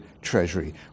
Treasury